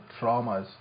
traumas